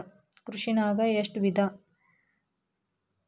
ಕೃಷಿನಾಗ್ ಒಟ್ಟ ಎಷ್ಟ ವಿಧ?